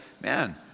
man